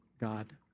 God